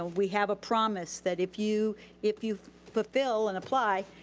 ah we have a promise that if you if you fulfill and apply,